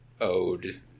ode